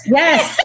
yes